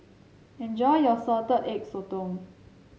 enjoy your Salted Egg Sotong